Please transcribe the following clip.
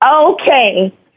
Okay